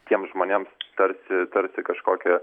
tiems žmonėms tarsi tarsi kažkokią